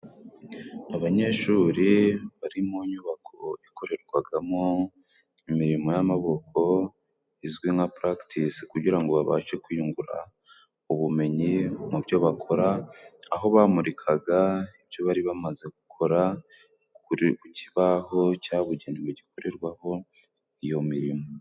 Abanyeshuri bari mu nyubako ikorerwagamo imirimo y'amaboko izwi nka parakitisi kugira ngo babashe kwiyungura ubumenyi mu byo bakora, aho bamurikaga ibyo bari bamaze gukora ku kibaho cyabugenewe gikorerwaho iyo mirimo.